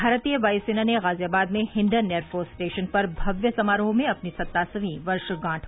भारतीय वायुसेना ने गाजियाबाद में हिंडन एयरफोर्स स्टेशन पर भव्य समारोह में अपनी सत्तासवीं वर्षगांठ मनाई